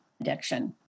addiction